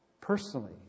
personally